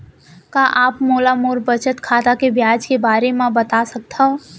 का आप मोला मोर बचत खाता के ब्याज के बारे म बता सकता हव?